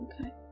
Okay